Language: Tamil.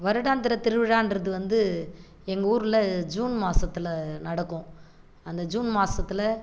வருடாந்திர திருவிழான்றது வந்து எங்கள் ஊரில் ஜூன் மாதத்துல நடக்கும் அந்த ஜூன் மாதத்துல